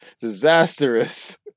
disastrous